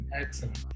Excellent